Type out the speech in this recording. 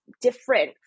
different